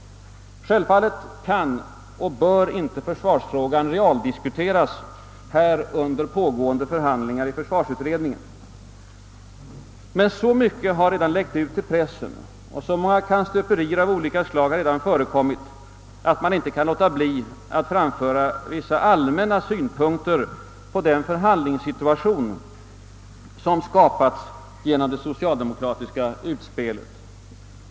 Självfallet kan och bör inte försvarsfrågan realdiskuteras här under pågående förhandlingar i försvarsutredningen. Men så mycket har redan läckt ut till pressen, och så många kannstöperier av olika slag har redan förekommit, att man inte kan låta bli att framföra vissa allmänna synpunkter på den förhandlingssituation som skapats genom det socialdemokratiska utspelet.